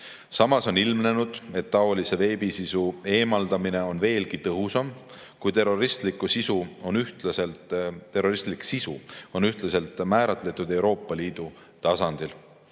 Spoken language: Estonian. Samas on ilmnenud, et taolise veebisisu eemaldamine on veelgi tõhusam, kui terroristlik sisu on ühtselt määratletud Euroopa Liidu tasandil.